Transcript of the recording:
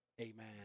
amen